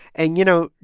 and, you know,